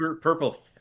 purple